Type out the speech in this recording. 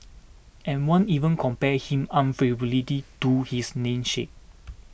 and one even compared him to his namesake